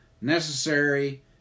necessary